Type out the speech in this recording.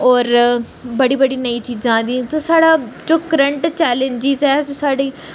होर बड़ी बड़ी नई चीज़ां आई दियां जो साढ़ा जो करंट चैलेंजेस ऐ साढ़ी